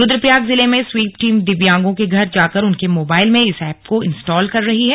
रुद्रप्रयाग जिले में SVEEP team दिव्यांगों के घर जाकर उनके मोबाइल में इस ऐप को इन्सटॉल कर रही है